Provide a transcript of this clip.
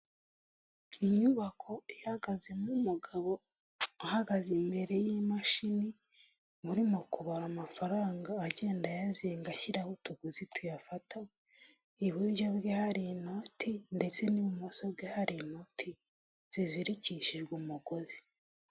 Iyi nyubako ihagazemo umugabo uhagaze imbere y'imashini uri mu kubara amafaranga agenda ayazinga ashyiraho utugozi tuyafata, iburyo bwe hari inoti ndetse n'ibumoso bwe hari inoti zizirikishijwe umugozi.